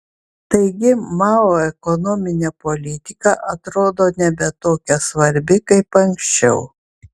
taigi mao ekonominė politika atrodo nebe tokia svarbi kaip anksčiau